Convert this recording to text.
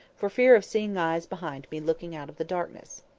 for fear of seeing eyes behind me looking out of the darkness.